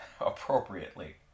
appropriately